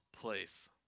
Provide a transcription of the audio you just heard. place